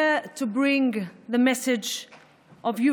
(לכבוד הוא לי להיות כאן, בירושלים,